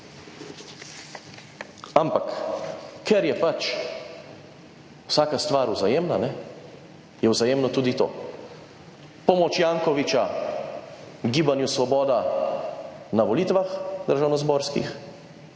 Ampak, ker je pač vsaka stvar vzajemna, je vzajemno tudi to. Pomoč Jankoviča Gibanju Svoboda na volitvah, državnozborskih,